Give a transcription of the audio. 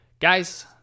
guys